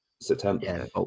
September